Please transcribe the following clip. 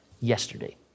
yesterday